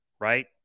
right